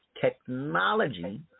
technology